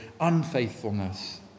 unfaithfulness